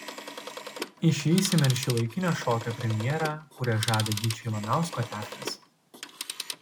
išvysime ir šiuolaikinio šokio premjerą kurią žada gyčio ivanausko teatras